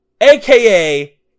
aka